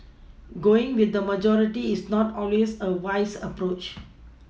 going with the majority is not always a wise approach